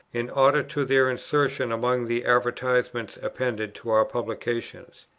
in order to their insertion among the advertisements appended to our publications.